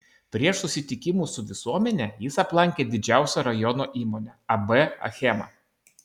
prieš susitikimus su visuomene jis aplankė didžiausią rajono įmonę ab achema